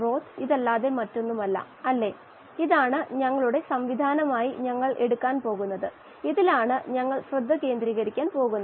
y∗A ദ്രാവക ഘട്ടത്തിന്റെ ബൾക്ക് ഗാഢതയുമായി സമതുലിതാവസ്ഥയിലുള്ള വാതക ഘട്ട ഘടനയാണ്